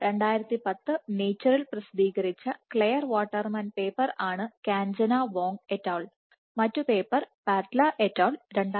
2010 നേച്ചറിൽ പ്രസിദ്ധീകരിച്ച Claire Waterman paper ആണ് "Kanchanawong et al" മറ്റ് പേപ്പർ Patla et al